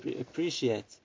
appreciate